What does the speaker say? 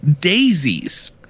daisies